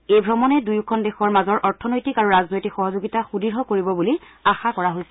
এই অমণে দুয়ো দেশৰ মাজৰ অৰ্থনৈতিক আৰু ৰাজনৈতিক সহযোগিতা সূদঢ় কৰিব বুলি আশা কৰা হৈছে